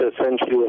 essentially